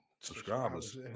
subscribers